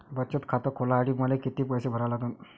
बचत खात खोलासाठी मले किती पैसे भरा लागन?